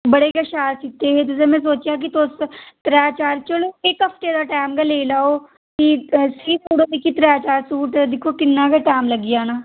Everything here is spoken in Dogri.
बड़े गै शैल सीते दे हे में सोचेआ त्रैऽ चार चलो इक हफ्ते दा टैम गै लेई लैओ भी सीऽ देई ओड़ो मिगी त्रैऽ चार सूट दिक्खो किन्ना गै टाइम लग्गी जाना